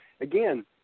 again